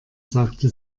sagte